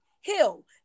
Hill